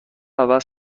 عوض